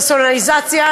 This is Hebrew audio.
קשור לפרסונליזציה,